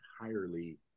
entirely